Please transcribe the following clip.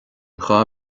dhá